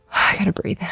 i gotta breathe,